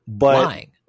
lying